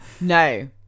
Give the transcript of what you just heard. No